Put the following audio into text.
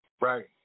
Right